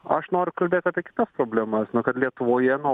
aš noriu kalbėt apie kitas problemas na kad lietuvoje nuo